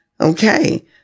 Okay